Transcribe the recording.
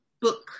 book